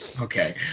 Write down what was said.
okay